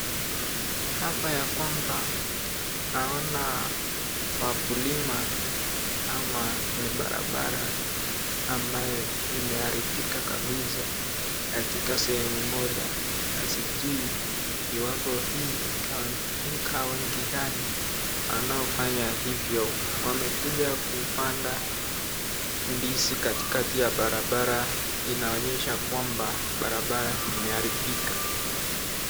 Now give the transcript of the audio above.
Hapa ya kwamba, tunaona wakulima ama ni barabara ambayo imeharibika kabisa katika sehemu moja na sijui iwapo hii ni kaunti gani wanayo fanya hivyo. Wamekuja kupanda ndizi katikati ya barabara. Inaonyesha ya kwamba barabara imeharibika.